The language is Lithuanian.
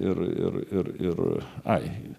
ir ir ir ir ai